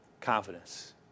confidence